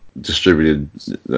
distributed